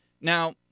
Now